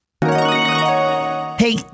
Hey